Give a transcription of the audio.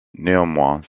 néanmoins